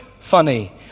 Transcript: funny